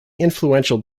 influential